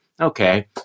Okay